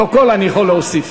ומשפט.